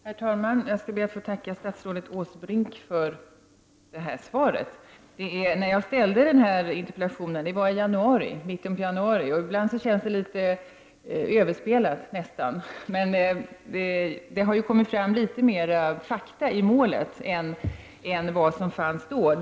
Herr talman! Jag skall be att få tacka statsrådet Åsbrink för svaret. Jag ställde den här interpellationen i mitten av januari. Ibland känns saker nästan litet överspelade när svaret kommer. Men det har ju nu kommit fram litet mer fakta i målet än som då fanns.